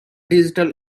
digital